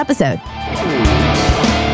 episode